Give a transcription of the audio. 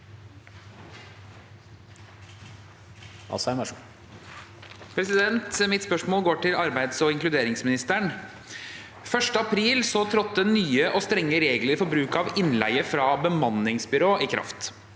Mitt spørsmål går til arbeids- og inkluderingsministeren. Den 1. april trådte nye og strenge regler for bruk av innleie fra bemanningsbyrå i kraft.